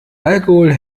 alkohol